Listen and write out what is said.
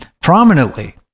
prominently